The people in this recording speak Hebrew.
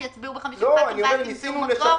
שיצביעו 50 חברי כנסת ואז תמצאו מקור?